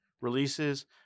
releases